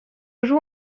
joue